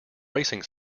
racing